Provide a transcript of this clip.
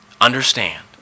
understand